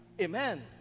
Amen